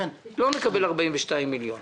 לא נקבל 42 מיליון,